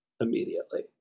immediately